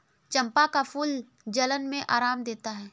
चंपा का फूल जलन में आराम देता है